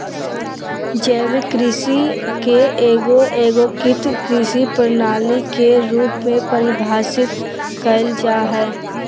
जैविक कृषि के एगो एगोकृत कृषि प्रणाली के रूप में परिभाषित कइल जा हइ